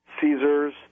Caesars